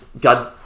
God